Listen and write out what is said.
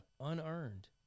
Unearned